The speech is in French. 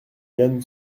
yann